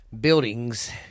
buildings